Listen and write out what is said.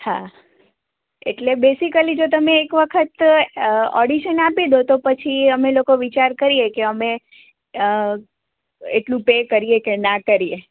હા એટલે બેસિકલી જો તમે એક વખત ઓડિશન આપી દો તો પછી અમે લોકો વિચાર કરીએ કરીએ કે અમે એટલું પે કરીએ કે ના કરીએ